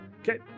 Okay